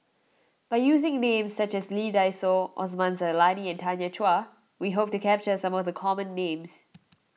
by using names such as Lee Dai Soh Osman Zailani and Tanya Chua we hope to capture some of the common names